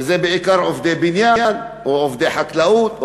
וזה בעיקר עובדי בניין או עובדי חקלאות,